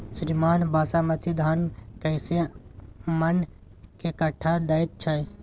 श्रीमान बासमती धान कैए मअन के कट्ठा दैय छैय?